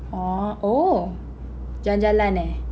ah oh jalan jalan eh